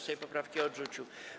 Sejm poprawki odrzucił.